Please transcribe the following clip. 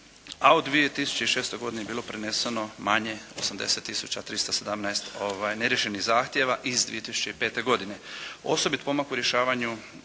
a u 2006. godini je bilo preneseno manje, 80 tisuća 317 neriješenih zahtjeva iz 2005. godine. Osobit pomak u rješavanju